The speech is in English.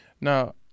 Now